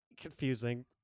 confusing